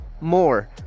more